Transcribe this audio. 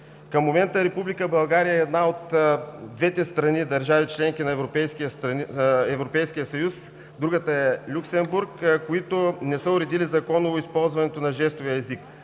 Към момента Република България е една от двете страни – членки на Европейския съюз, другата е Люксембург, които не са уредили законово използването на жестовия език.